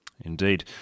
Indeed